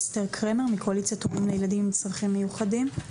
מצד אחד נאמר פה שיש לחץ על ללכת לכיתות המיוחדות ומצד שני יש טענות